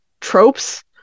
tropes